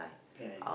ya